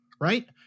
right